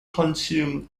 consumed